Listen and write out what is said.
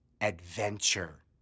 Adventure